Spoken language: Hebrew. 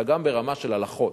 אלא גם ברמה של הלכות.